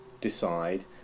decide